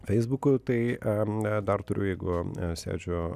feisbuku tai am dar turiu jeigu e sėdžiu